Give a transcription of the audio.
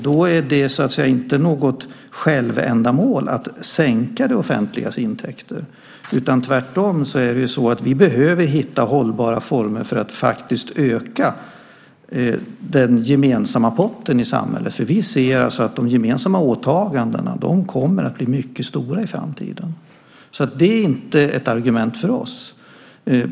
Då är det inte något självändamål att sänka det offentligas intäkter. Tvärtom behöver vi hitta hållbara former för att faktiskt öka den gemensamma potten i samhället, för vi ser att de gemensamma åtagandena kommer att bli mycket stora i framtiden. Det är inte ett argument för oss.